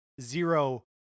zero